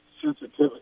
sensitivity